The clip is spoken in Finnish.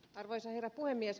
arvoisa herra puhemies